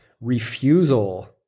refusal